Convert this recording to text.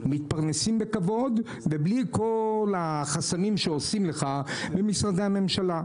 מתפרנסים בכבוד ובלי כל החסמים שעושים לך במשרדי הממשלה.